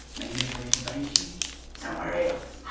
made us reservations somewhere else.